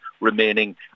remaining